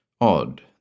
odd